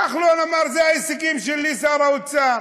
כחלון אמר: אלה ההישגים שלי, שר האוצר.